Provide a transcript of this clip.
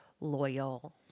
loyal